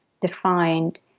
defined